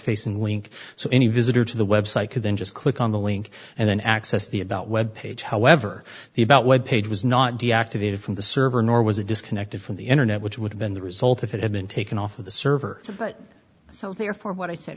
facing link so any visitor to the website could then just click on the link and then access the about web page however the about web page was not deactivated from the server nor was it disconnected from the internet which would have been the result if it had been taken off of the server but so therefore what i said